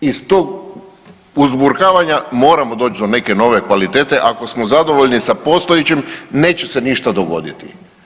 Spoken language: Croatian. Iz tog uzburkavanja moramo doći do neke nove kvalitete, ako smo zadovoljni sa postojećim, neće se ništa dogoditi.